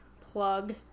plug